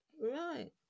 right